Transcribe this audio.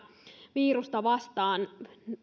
virusta vastaan